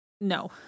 no